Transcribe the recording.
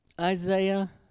Isaiah